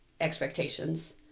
expectations